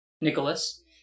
Nicholas